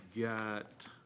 got